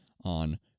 on